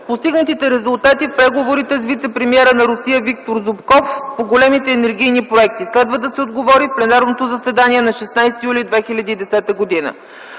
постигнатите резултати в преговорите с вицепремиера на Русия Виктор Зубков по големите енергийни проекти. Следва да се отговори в пленарното заседание на 16 юли 2010 г.